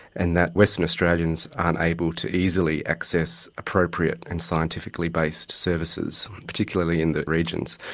and that western australians aren't able to easily access appropriate and scientifically-based services, particularly in the regions.